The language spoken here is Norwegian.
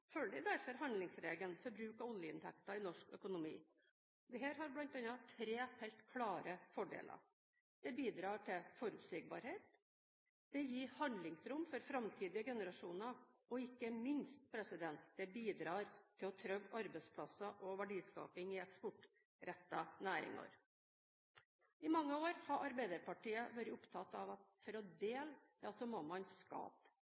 følger derfor handlingsregelen for bruk av oljeinntekter i norsk økonomi. Dette har bl.a. tre helt klare fordeler: Det bidrar til forutsigbarhet, det gir handlingsrom for framtidige generasjoner, og – ikke minst – det bidrar til trygge arbeidsplasser og verdiskaping i eksportrettede næringer. I mange år har Arbeiderpartiet vært opptatt av at for å dele, må man skape.